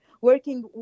working